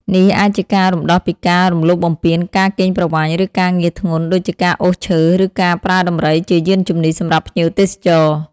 នេះអាចជាការរំដោះពីការ រំលោភបំពាន ការកេងប្រវ័ញ្ច ឬការងារធ្ងន់ ដូចជាការអូសឈើ ឬការប្រើដំរីជាយានជំនិះសម្រាប់ភ្ញៀវទេសចរ។